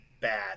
bad